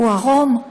הוא עירום,